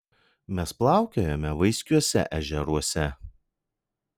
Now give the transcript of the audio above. mes plaukiojame vaiskiuose ežeruose